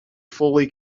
fully